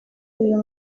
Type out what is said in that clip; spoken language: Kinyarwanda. uyu